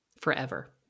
Forever